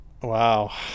Wow